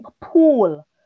pool